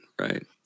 right